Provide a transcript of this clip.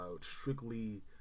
strictly